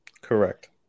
Correct